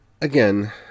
again